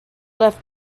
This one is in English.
left